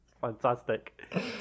Fantastic